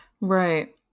right